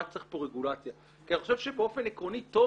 צריך את הרגולציה כי אני חושב שבאופן עקרוני טוב